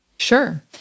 Sure